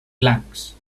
blancs